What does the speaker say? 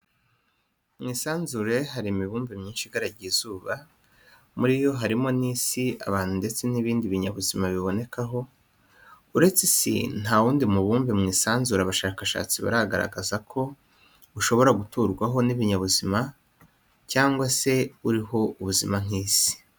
Mu isanzure hari imibumbe myinshi igaragiye izuba, muri yo harimo n'Isi abantu ndetse n'ibindi binyabuzima bibonekaho. Uretse Isi nta wundi mu bumbe mu isanzure abashakashatsi baragaragaza ko ushobora guturwaho n'ibinyabuzima cyangwa se uriho ubuzima nk'Isi.